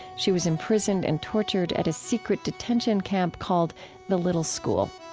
she was imprisoned and tortured at a secret detention camp called the little school.